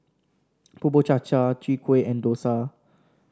Bubur Cha Cha Chwee Kueh and dosa